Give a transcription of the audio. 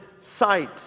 sight